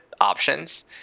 options